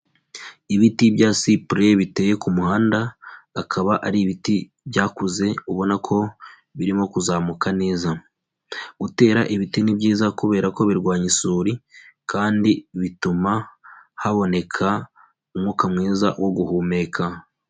Ibiti byasupre biteye ku muhanda akaba ari ibiti byakuze ubona ko birimo kuzamuka neza. Gutera ibiti ni byiza kubera ko birwanya isuri, kandi bituma haboneka umwuka mwiza wo guhumeka.